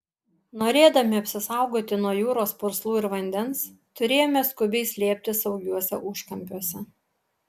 norėdami apsisaugoti nuo jūros purslų ir vandens turėjome skubiai slėptis saugiuose užkampiuose